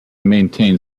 maintain